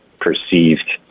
perceived